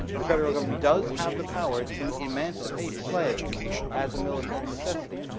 the federal government does have the power to emancipate slaves as a military necessity.